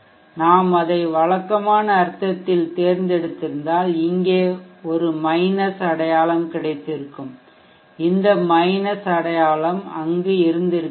நாம் அதை வழக்கமான அர்த்தத்தில் தேர்ந்தெடுத்திருந்தால் இங்கே ஒரு மைனஸ் அடையாளம் கிடைத்திருக்கும் இந்த மைனஸ் அடையாளம் அங்கு இருந்திருக்காது